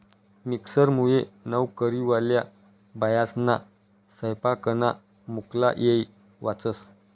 मिक्सरमुये नवकरीवाल्या बायास्ना सैपाकना मुक्ला येय वाचस